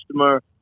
customer